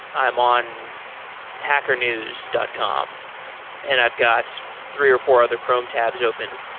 i'm on hackernews dot com and i've got three or four other chrome tabs open.